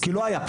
כי לא היה.